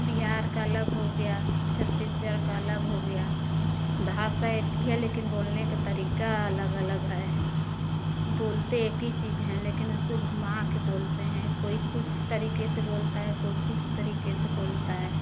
बिहार का अलग हो गया छत्तीसगढ़ का अलग हो गया भाषा एक ही है लेकिन बोलने का तरीका अलग अलग है बोलते एक ही चीज हैं लेकिन उसको घूमा कर बोलते हैं कोई कुछ तरीके से बोलता है कोई कुछ तरीके से बोलता है